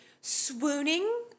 swooning